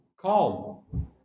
calm